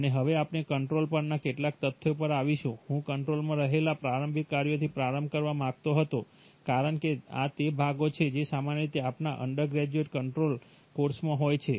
અને હવે આપણે કંટ્રોલ પરના કેટલાક તથ્યો પર આવીશું હું કંટ્રોલમાં રહેલા પ્રારંભિક કાર્યોથી પ્રારંભ કરવા માંગતો હતો કારણ કે આ તે ભાગો છે જે સામાન્ય રીતે આપણા અંડરગ્રેજ્યુએટ કંટ્રોલ કોર્સમાં હોય છે